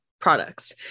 products